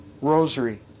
rosary